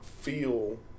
feel